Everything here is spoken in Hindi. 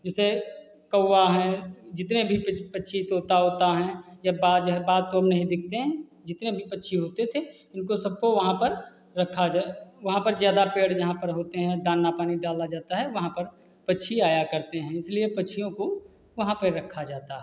जैसे कौआ है जितने भी पक पक्षी तोता ओता है या बाज है बाज तो अब नहीं दिखते जितने भी पक्षी होते थे उनको सबको वहाँ पर रखा जाए वहाँ पर ज़्यादा पेड़ जहाँ पर होते हैं दाना पानी डाला जाता है वहाँ पर पक्षी आया करते हैं इसलिए पक्षियों को वहाँ पर रखा जाता है